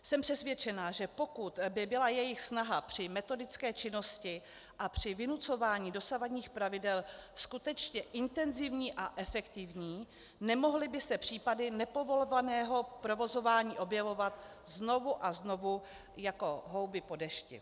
Jsem přesvědčena, že pokud by byla jejich snaha při metodické činnosti a při vynucování dosavadních pravidel skutečně intenzivní a efektivní, nemohly by se případy nepovolovaného provozování objevovat znovu a znovu jako houby po dešti.